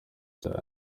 cyane